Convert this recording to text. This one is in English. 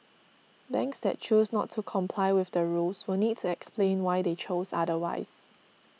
banks that choose not to comply with the rules will need to explain why they chose otherwise